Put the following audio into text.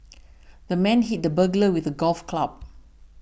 the man hit the burglar with a golf club